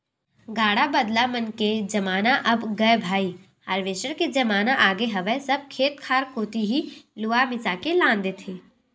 गाड़ा बदला मन के जमाना अब गय भाई हारवेस्टर के जमाना आगे हवय सब खेत खार कोती ही लुवा मिसा के लान देथे